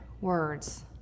words